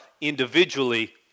individually